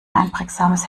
einprägsames